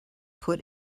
put